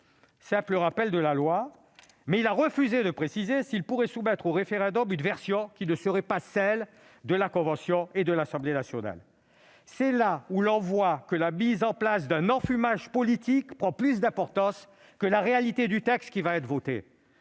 simple rappel de la loi. Mais il a refusé de préciser s'il pourrait soumettre à référendum une version différente de celle proposée par la Convention citoyenne pour le climat et l'Assemblée nationale. C'est là où l'on voit que la mise en place d'un enfumage politique prend plus d'importance que la réalité du texte qui va être voté.